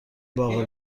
باغ